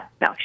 no